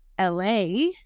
LA